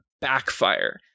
backfire